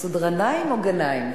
מסעוד רנאים או גנאים?